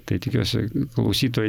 tai tikiuosi klausytojai